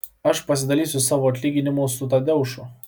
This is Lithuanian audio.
aš pasidalysiu savo atlyginimu su tadeušu